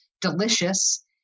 delicious